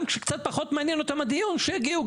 גם כשקצת פחות מעניין אותם הדיון, שיגיעו.